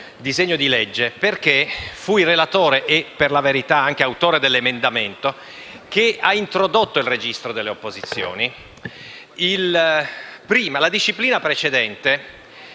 ho chiesto di parlare su questo disegno di legge perché ne fui relatore e, per la verità, anche l'autore dell'emendamento che ha introdotto il registro delle opposizioni.